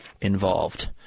involved